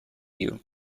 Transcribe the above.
you